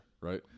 right